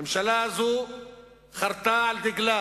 ממשלה זו חרתה על דגלה